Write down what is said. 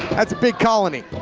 that's a big colony.